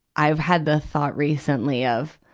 i've had the thought recently of,